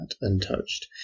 untouched